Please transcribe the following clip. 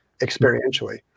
experientially